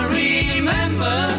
remember